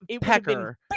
pecker